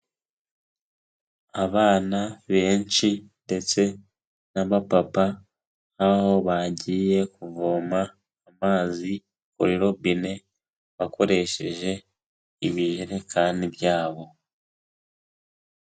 Abana benshi ndetse n'abapapa aho bagiye kuvoma amazi kuri robine bakoresheje ibijerekani byabo.